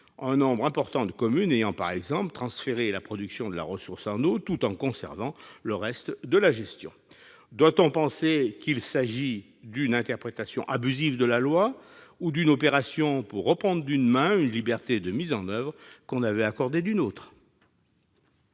un nombre important de communes ayant, par exemple, transféré la production de la ressource en eau tout en conservant le reste de la gestion. Doit-on penser qu'il s'agit d'une interprétation abusive de la loi ou d'une opération visant à reprendre d'une main une liberté de mise en oeuvre qu'on avait accordée de l'autre ?